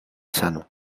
sano